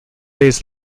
days